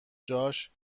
جاش